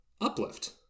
uplift